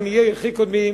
עניי עירי קודמים,